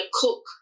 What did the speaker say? cook